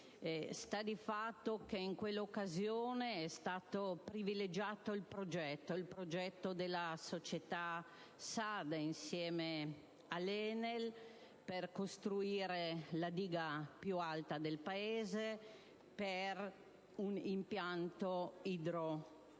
Sta di fatto che in quella occasione è stato privilegiato il progetto della società SADE, insieme all'ENEL, per costruire la diga più alta del Paese e l'impianto idroelettrico